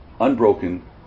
unbroken